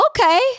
okay